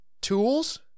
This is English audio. tools